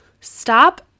stop